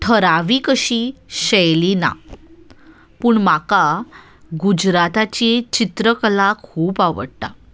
ठरावी कशी शैली ना पूण म्हाका गुजराताची चित्रकला खूब आवडटा